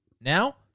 now